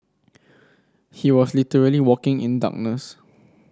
he was literally walking in darkness